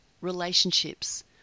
relationships